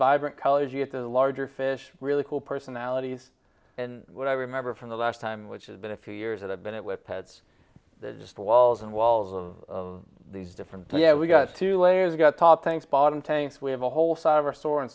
vibrant colors you get the larger fish really cool personalities and what i remember from the last time which is been a few years that i've been it with pets that just walls and walls of these different yeah we've got two layers got top thanks bottom tanks we have a whole side of our store